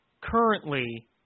currently